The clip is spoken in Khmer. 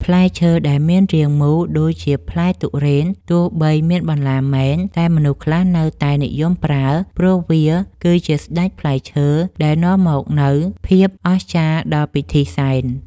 ផ្លែឈើដែលមានរាងមូលដូចជាផ្លែទុរេនទោះបីមានបន្លាមែនតែមនុស្សខ្លះនៅតែនិយមប្រើព្រោះវាគឺជាស្ដេចផ្លែឈើដែលនាំមកនូវភាពអស្ចារ្យដល់ពិធីសែន។